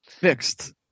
Fixed